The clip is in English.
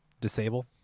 disable